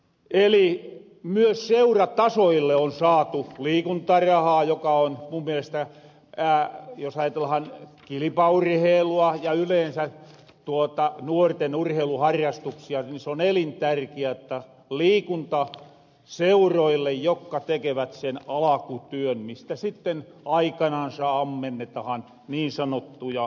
eli myös seuratasoille on saatu liikuntarahaa joka mun mielestä jos ajatellahan kilipaurheilua ja yleensä tuota nuorten urheiluharrastuksia on elintärkiää liikuntaseuroille jokka tekevät sen alakutyön mistä sitten aikanansa ammenetahan niin sanottuja huippuja